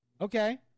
Okay